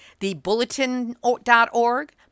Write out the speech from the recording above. thebulletin.org